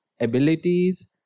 abilities